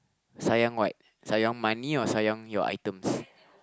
sayang what sayang money or sayang your items